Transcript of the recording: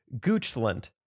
Goochland